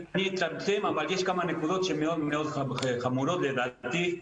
אבל יש כמה נקודות שהן חמורות מאוד לדעתי.